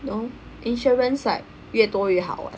no insurance like 越多越好 [what]